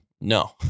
No